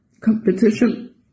competition